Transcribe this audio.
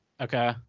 Okay